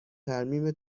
ترمیم